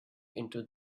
into